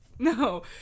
no